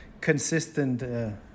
consistent